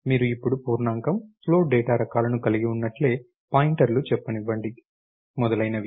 మీరు ఇప్పుడు పూర్ణాంకం ఫ్లోట్ డేటా రకాలను కలిగి ఉన్నట్లే పాయింటర్లు చెప్పనివ్వండి మొదలైనవి